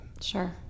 Sure